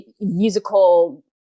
musical